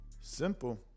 simple